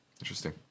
interesting